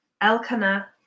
Elkanah